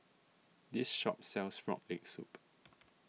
this shop sells Frog Leg Soup